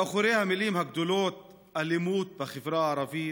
מאחורי המילים הגדולות "אלימות בחברה הערבית"